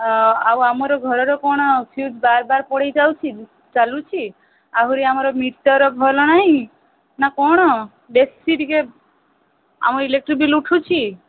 ଆ ଆଉ ଆମର ଘରର କ'ଣ ଫିଉଜ୍ ବାର ବାର ପଳେଇଯାଉଛି ଚାଲୁଛି ଆହୁରି ଆମର ମିଟର୍ ଭଲ ନାହିଁ ନା କ'ଣ ବେଶୀ ଟିକେ ଆମ ଇଲେକ୍ଟ୍ରି ବିଲ୍ ଉଠୁଛି